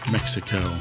Mexico